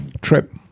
trip